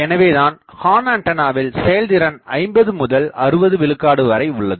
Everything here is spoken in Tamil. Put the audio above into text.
எனவேதான் ஹார்ன் ஆண்டனாவில் செயல்திறன் 50 முதல் 60 விழுக்காடு வரை உள்ளது